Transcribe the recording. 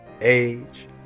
age